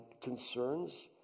concerns